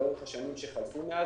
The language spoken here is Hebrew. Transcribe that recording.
לאורך השנים שחלפו מאז,